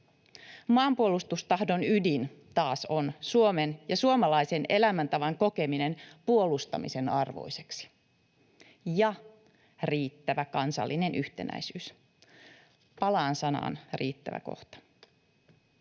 Maanpuolustustahdon ydin taas on Suomen ja suomalaisen elämäntavan kokeminen puolustamisen arvoiseksi ja riittävä kansallinen yhtenäisyys. Palaan sanaan ”riittävä” kohta.